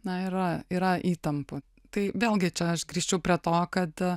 na yra yra įtampų tai vėlgi čia aš grįžčiau prie to kad